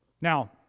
Now